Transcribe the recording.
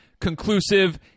conclusive